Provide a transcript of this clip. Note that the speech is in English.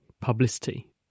publicity